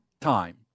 time